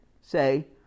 say